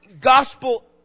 gospel